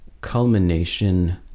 culmination